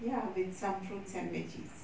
ya with some fruits and veggies